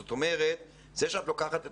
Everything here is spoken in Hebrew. זאת אומרת, זה שאתם לוקחים את